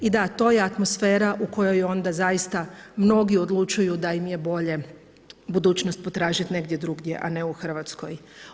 I da to je atmosfera u kojoj onda zaista mnogi odlučuju da im je bolje budućnost potražiti negdje drugdje a ne u Hrvatskoj.